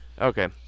Okay